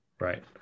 Right